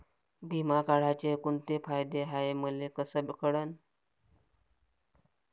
बिमा काढाचे कोंते फायदे हाय मले कस कळन?